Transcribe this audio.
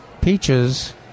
peaches